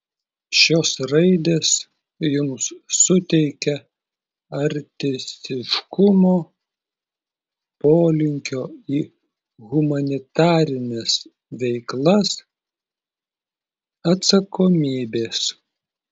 šios raidės jums suteikia artistiškumo polinkio į humanitarines veiklas atsakomybės